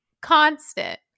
Constant